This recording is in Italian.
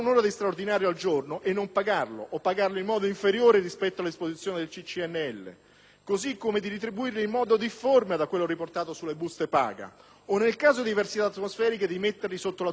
così come retribuirli in modo difforme da quello riportato sulle buste paga o, nel caso di avversità atmosferiche, metterli sotto la tutela della cassa integrazione ordinaria e poi obbligarli a lavorare in un altro sito produttivo.